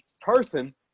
person